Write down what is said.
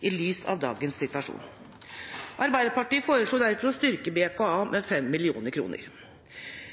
i lys av dagens situasjon. Arbeiderpartiet foreslår derfor å styrke BKA med 5 mill. kr.